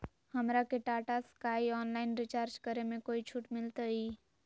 हमरा के Tata Sky online recharge करे में कोई छूट मिलतई